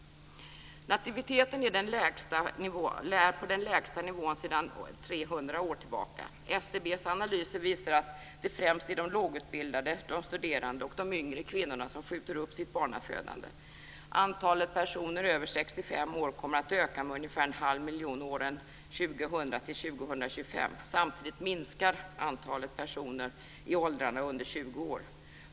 Nativiteten är på den lägsta nivån sedan 300 år tillbaka. SCB:s analyser visar att det främst är de lågutbildade, de studerande och de yngre kvinnorna som skjuter upp sitt barnafödande. Antalet personer över 65 år kommer att öka med ungefär en halv miljon åren 2000 till 2025. Samtidigt minskar antalet personer i åldrarna under 20 år.